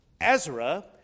Ezra